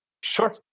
Sure